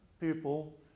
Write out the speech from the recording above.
people